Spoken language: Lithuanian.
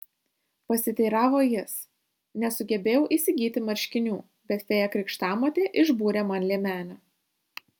pasiteiravo jis nesugebėjau įsigyti marškinių bet fėja krikštamotė išbūrė man liemenę